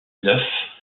neuf